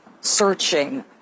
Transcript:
searching